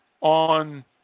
on